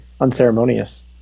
unceremonious